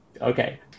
okay